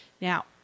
Now